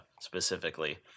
specifically